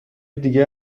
دیگه